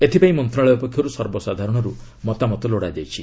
ଏଥିପାଇଁ ମନ୍ତ୍ରଣାଳୟ ପକ୍ଷରୁ ସର୍ବସାଧାରଣରୁ ମତାମତ ଲୋଡାଯାଇଛି